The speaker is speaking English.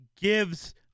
gives